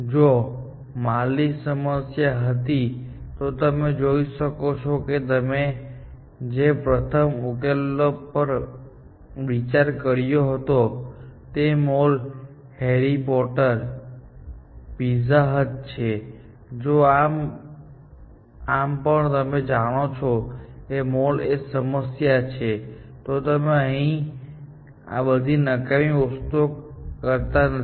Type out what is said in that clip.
જો મોલની સમસ્યા હતી તો તમે જોઈ શકો છો કે તમે જે પ્રથમ ઉકેલ પર વિચાર કર્યો હતો તે mall Harry Potter pizza hut છે જો આમ પણ તમે જાણો છો કે મોલ એ સમસ્યા છે તો તમે અહીં આ બધી નકામી વસ્તુઓ કરતા નથી